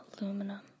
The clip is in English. aluminum